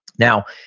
now,